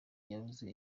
yabuze